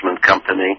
company